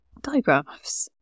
digraphs